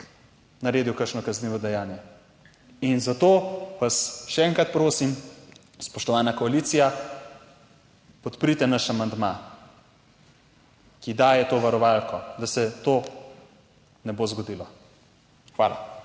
naredil kakšno kaznivo dejanje. In zato vas še enkrat prosim, spoštovana koalicija, podprite naš amandma, ki daje to varovalko, da se to ne bo zgodilo. Hvala.